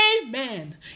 amen